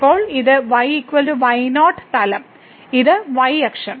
ഇപ്പോൾ ഇത് y y0 തലം ഇത് y അക്ഷം